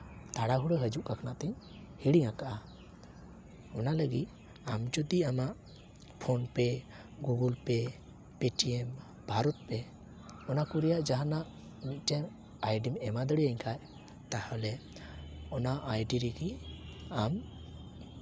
ᱛᱟᱲᱟᱦᱩᱲᱳ ᱦᱤᱡᱩᱜ ᱵᱟᱠᱷᱨᱟᱛᱤᱧ ᱦᱤᱲᱤᱧ ᱠᱟᱜᱼᱟ ᱚᱱᱟ ᱞᱟᱹᱜᱤᱫ ᱟᱢ ᱡᱩᱫᱤ ᱟᱢᱟᱜ PhonePe Google pay Paytm BharatPe ᱚᱱᱟ ᱠᱚ ᱨᱮᱱᱟᱜ ᱡᱟᱦᱟᱱᱟᱜ ᱢᱤᱫᱴᱮᱱ ᱟᱭᱰᱤᱢ ᱮᱢᱟ ᱫᱟᱲᱮᱭᱟᱹᱧ ᱠᱷᱟᱡ ᱛᱟᱦᱞᱮ ᱚᱱᱟ ᱟᱭᱰᱤ ᱨᱮᱜᱮ ᱟᱢ